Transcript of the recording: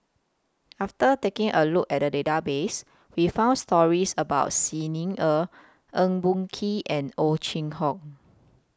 after taking A Look At The Database We found stories about Xi Ni Er Eng Boh Kee and Ow Chin Hock